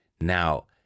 Now